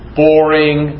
boring